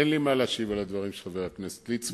אין לי מה להשיב על הדברים של חבר הכנסת ליצמן.